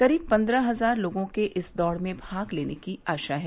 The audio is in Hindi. करीब पन्द्रह हजार लोगों के इस दौड़ में भाग लेने की आशा है